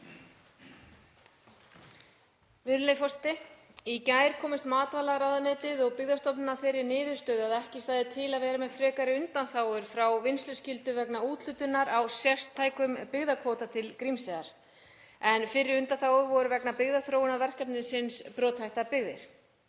forseti. Í gær komust matvælaráðuneytið og Byggðastofnun að þeirri niðurstöðu að ekki stæði til að vera með frekari undanþágur frá vinnsluskyldu vegna úthlutunar á sértækum byggðakvóta til Grímseyjar, en fyrri undanþágur voru vegna byggðaþróunarverkefnisins Brothættar byggðir.